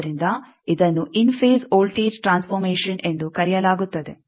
ಆದ್ದರಿಂದ ಇದನ್ನು in phase voltage transformation ಎಂದು ಕರೆಯಲಾಗುತ್ತದೆ